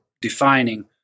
defining